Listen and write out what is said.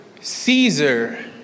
Caesar